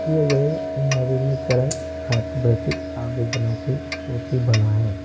किए गए नवीनीकरण छात्रवृति आवेदनों की सूची बनाएँ